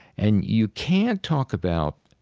and you can't talk about